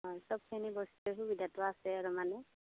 হয় চবখিনি বস্তুৰ সুবিধাটো আছে আৰু মানে